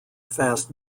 fast